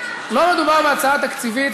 לא מדובר בהצעה תקציבית.